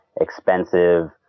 expensive